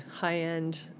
high-end